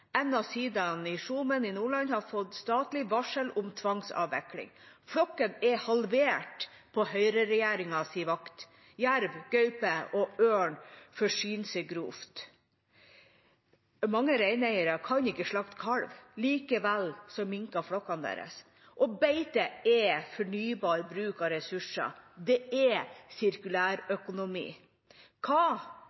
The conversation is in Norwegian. En av sidaene i Skjomen i Nordland har fått statlig varsel om tvangsavvikling. Flokken er halvert på høyreregjeringas vakt. Jerv, gaupe og ørn forsyner seg grovt. Mange reineiere kan ikke slakte kalv. Likevel minker flokkene deres. Beite er fornybar bruk av ressurser. Det er